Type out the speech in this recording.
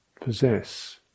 possess